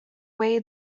way